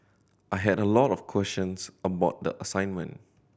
I had a lot of questions about the assignment